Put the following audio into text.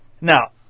Now